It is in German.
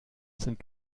sind